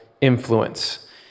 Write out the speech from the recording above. influence